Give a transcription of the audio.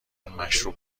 مشروب